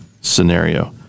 scenario